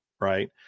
right